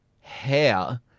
Hair